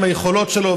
עם היכולות שלו,